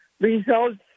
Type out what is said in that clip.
results